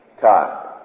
time